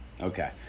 Okay